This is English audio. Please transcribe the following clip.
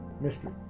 mystery